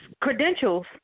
credentials